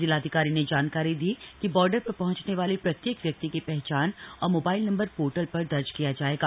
जिलाधिकारी ने जानकारी दी कि बॉर्डर पर पहुंचने वाले प्रत्येक व्यक्ति की पहचान और मोबाइल नम्बर पोर्टल पर दर्ज किया जायेगा